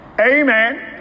Amen